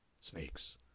snakes